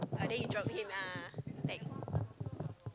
oh then you drop him ah tag